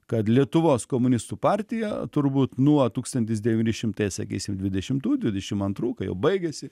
kad lietuvos komunistų partija turbūt nuo tūkstantis devyni šimtai sakysim dvidešimtų dvidešim antrų kai jau baigiasi